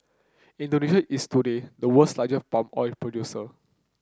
Indonesia is today the world's largest palm oil producer